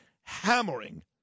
hammering